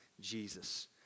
Jesus